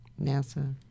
NASA